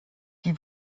die